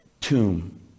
tomb